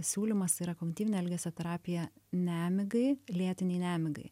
siūlymas yra kognityvinė elgesio terapija nemigai lėtinei nemigai